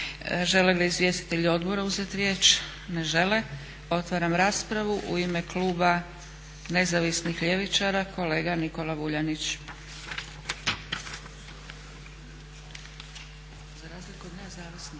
Žele li izvjestitelji odbora uzeti riječ? Ne žele. Otvaram raspravu. U ime Kluba nezavisnih ljevičara kolega Nikola Vuljanić. **Vuljanić, Nikola (Nezavisni)**